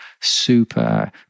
super